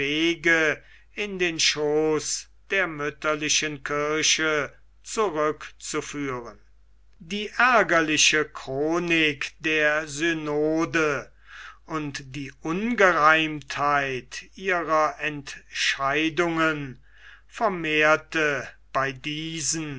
in den schooß der mütterlichen kirche zurückzuführen die ärgerliche chronik der synode und die ungereimtheit ihrer entscheidungen vermehrte bei diesen